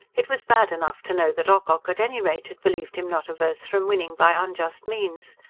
it was bad enough to know that ocock at any rate had believed him not averse from winning by unjust means.